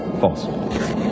False